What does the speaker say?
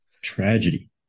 tragedy